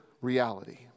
reality